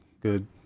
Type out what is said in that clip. Good